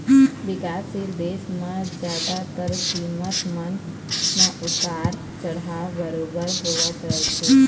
बिकासशील देश म जादातर कीमत मन म उतार चढ़ाव बरोबर होवत रहिथे